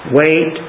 wait